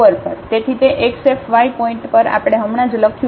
તેથી તે xf y point પર આપણે હમણાં જ લખ્યું છે